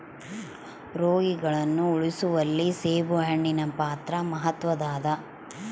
ರೋಗಿಗಳನ್ನು ಉಳಿಸುವಲ್ಲಿ ಸೇಬುಹಣ್ಣಿನ ಪಾತ್ರ ಮಾತ್ವದ್ದಾದ